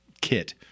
kit